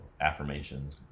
affirmations